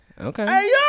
Okay